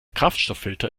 kraftstofffilter